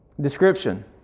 description